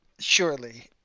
Surely